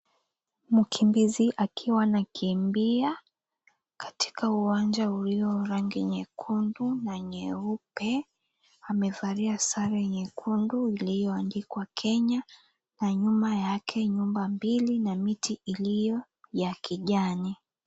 Mkimbizi akiwa anakimbia katika uwanja ulio rangi nyekundu na nyeupe, amevalia sare nyekundu ulioandikwa, Kenya na nyuma yake nyumba mbili na miti ilio ya kijani.